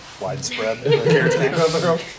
widespread